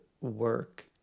work